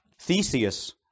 Theseus